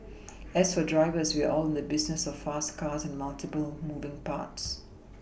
as for drivers we are all in the business of fast cars and multiple moving parts